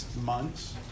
months